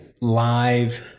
live